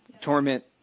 torment